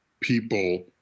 people